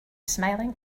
smiling